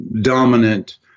dominant